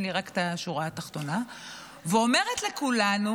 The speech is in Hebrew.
ואומרת לכולנו